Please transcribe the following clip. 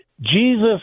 Jesus